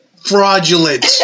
fraudulent